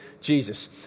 Jesus